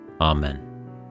Amen